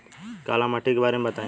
काला माटी के बारे में बताई?